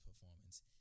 performance